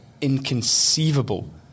inconceivable